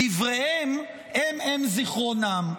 דבריהם הן הן זיכרונן",